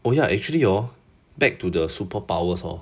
oh ya actually hor back to the superpowers hor